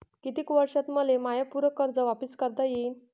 कितीक वर्षात मले माय पूर कर्ज वापिस करता येईन?